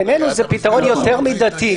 בעינינו זה פתרון יותר מידתי.